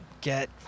get